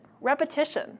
repetition